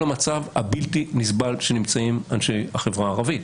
המצב הבלתי נסבל בו נמצאים אנשי החברה הערבית.